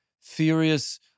furious